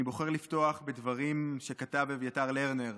אני בוחר לפתוח בדברים שכתב אביתר לרנר,